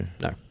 No